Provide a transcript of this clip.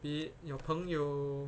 be it your 朋友